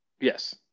yes